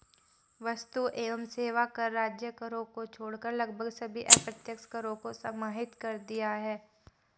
वस्तु एवं सेवा कर राज्य करों को छोड़कर लगभग सभी अप्रत्यक्ष करों को समाहित कर दिया है